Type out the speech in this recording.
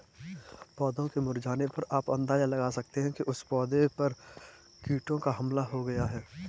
पौधों के मुरझाने पर आप अंदाजा लगा सकते हो कि उस पौधे पर कीटों का हमला हो गया है